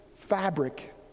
fabric